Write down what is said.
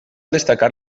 destacar